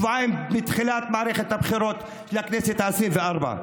שבועיים מתחילת מערכת הבחירות לכנסת העשרים-וארבע.